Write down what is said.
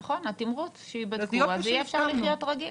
נכון, התמרוץ שייבדקו, אז יהיה אפשר לחיות רגיל.